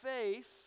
faith